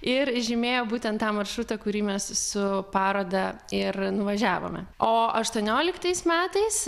ir žymėjo būtent tą maršrutą kurį mes su paroda ir nuvažiavome o aštuonioliktais metais